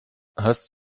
hast